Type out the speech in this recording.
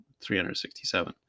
367